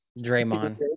Draymond